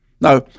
Now